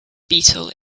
beetle